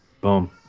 Boom